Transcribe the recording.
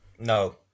No